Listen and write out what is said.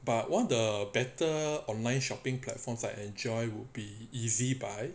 but one of the better online shopping platforms I enjoy would be ezbuy